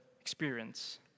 experience